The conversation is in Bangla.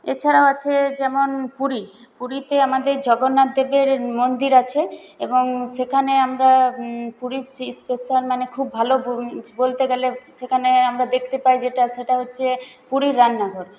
এছাড়াও আছে যেমন পুরী পুরীতে আমাদের জগন্নাথ দেবের মন্দির আছে এবং সেখানে আমরা পুরীর সে স্পেশাল মানে খুব ভালো বলতে গেলে সেখানে আমরা দেখতে পাই যেটা সেটা হচ্ছে পুরীর রান্নাঘর